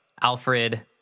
Alfred